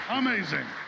amazing